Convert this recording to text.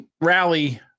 rally